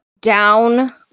down